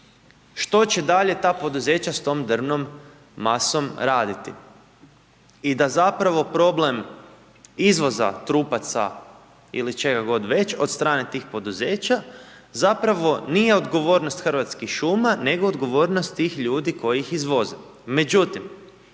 što će dalje ta poduzeća sa tom drvnom masom raditi i da zapravo problem izvoza trupaca ili čega god već od strane tih poduzeća zapravo nije odgovornost Hrvatskih šuma, nego odgovornost tih ljudi koji ih izvoze. Međutim,